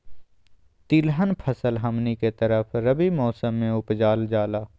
तिलहन फसल हमनी के तरफ रबी मौसम में उपजाल जाला